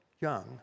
Young